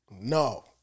no